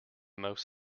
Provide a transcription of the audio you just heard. most